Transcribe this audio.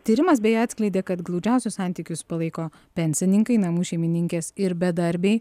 tyrimas beje atskleidė kad glaudžiausius santykius palaiko pensininkai namų šeimininkės ir bedarbiai